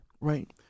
Right